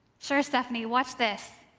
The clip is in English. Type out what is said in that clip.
sure, stephanie, watch this.